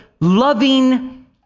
loving